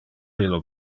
illo